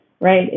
right